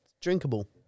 Drinkable